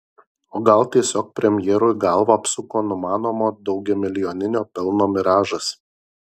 o gal tiesiog premjerui galvą apsuko numanomo daugiamilijoninio pelno miražas